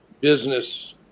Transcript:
business